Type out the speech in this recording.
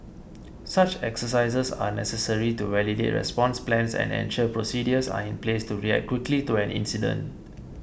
such exercises are necessary to validate response plans and ensure procedures are in place to react quickly to an incident